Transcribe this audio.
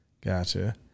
Gotcha